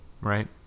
right